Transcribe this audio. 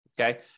Okay